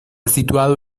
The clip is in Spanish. situado